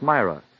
Myra